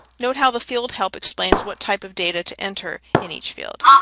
note how the field help explains what type of data to enter in each field.